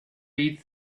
read